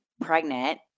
pregnant